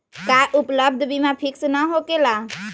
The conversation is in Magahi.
का उपलब्ध बीमा फिक्स न होकेला?